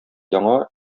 яңа